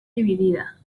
dividida